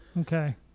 Okay